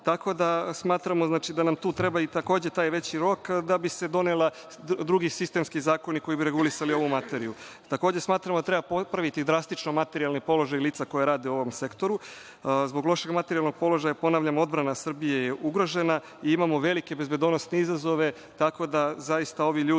tako da smatramo da nam tu treba takođe taj veći rok da bi se doneli drugi sistemski zakoni koji bi regulisali ovu materiju. Takođe, smatramo da treba popraviti drastično materijalni položaj lica koja rade u ovom sektoru. Zbog lošeg materijalnog položaja, ponavljam, odbrana Srbije je ugrožena i imamo velike bezbednosne izazove, tako da, zaista, ovi ljudi